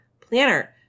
planner